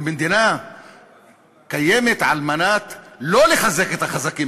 ומדינה קיימת לא על מנת לחזק את החזקים.